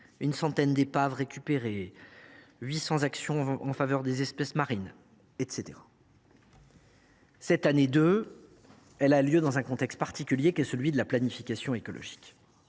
une centaine d’épaves récupérées ; 800 actions menées en faveur des espèces marines ; etc. Cette « année 2 » a lieu dans le contexte particulier qu’est celui de la planification écologique.